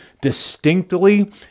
distinctly